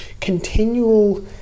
continual